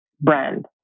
brand